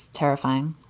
terrifying